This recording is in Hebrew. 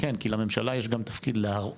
כן כי לממשלה יש גם תפקיד להראות